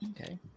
okay